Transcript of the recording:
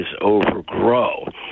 overgrow